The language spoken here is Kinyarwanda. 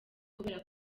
kubera